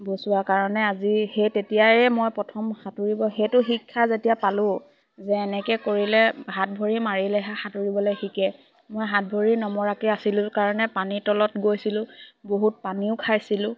বচোৱা কাৰণে আজি সেই তেতিয়াই মই প্ৰথম সাঁতুৰিব সেইটো শিক্ষা যেতিয়া পালোঁ যে এনেকে কৰিলে হাত ভৰি মাৰিলেহে সাঁতুৰিবলে শিকে মই হাত ভৰি নমৰাকে আছিলোঁ কাৰণে পানীৰ তলত গৈছিলোঁ বহুত পানীও খাইছিলোঁ